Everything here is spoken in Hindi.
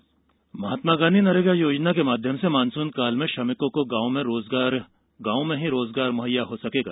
नरेगा महात्मा गांधी नरेगा योजना के माध्यम से मानसून काल में श्रमिकों को गांव में ही रोजगार मुहैया हो सकेगा